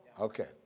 Okay